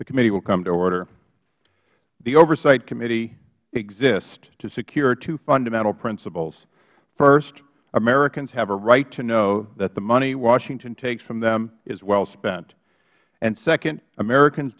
committee will come to order the oversight committee exists to secure two fundamental principles first americans have a right to know that the money washington takes from them is well spent and second americans